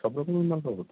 সব রকমের মাল পাব তো